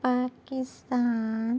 Pakistan